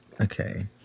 Okay